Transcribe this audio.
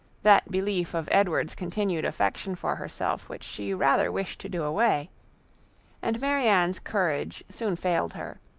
that belief of edward's continued affection for herself which she rather wished to do away and marianne's courage soon failed her,